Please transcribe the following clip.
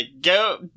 go